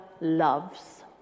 loves